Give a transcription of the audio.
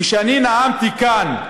כשאני נאמתי כאן,